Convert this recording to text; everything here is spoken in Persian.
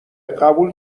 قبول